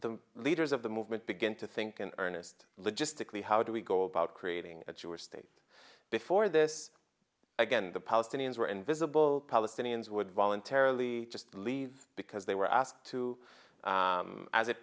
the leaders of the movement begin to think in earnest logistically how do we go about creating a jewish state before this again the palestinians were invisible palestinians would voluntarily just leave because they were asked to as it